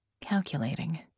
calculating